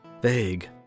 Vague